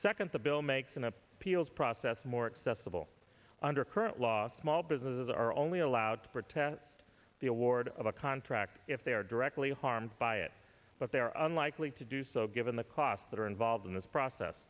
second the bill makes an appeals process more accessible under current law small businesses are only allowed to protest the award of a contract if they are directly harmed by it but they are unlikely to do so given the costs that are involved in this process